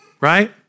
Right